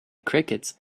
crickets